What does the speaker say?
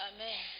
Amen